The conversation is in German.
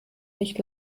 nicht